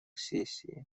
сессии